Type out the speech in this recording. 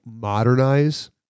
modernize